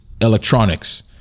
electronics